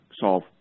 solve